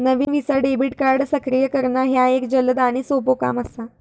नवीन Visa debit card सक्रिय करणा ह्या एक जलद आणि सोपो काम असा